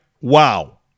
Wow